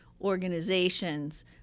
organizations